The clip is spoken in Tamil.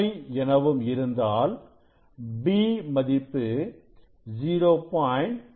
25 எனவும் இருந்தாள் b மதிப்பு 0